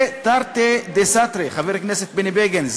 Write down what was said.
זה תרתי דסתרי, חבר הכנסת בני בגין.